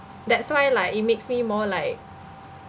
that's why like it makes me more like